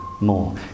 more